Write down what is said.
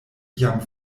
jam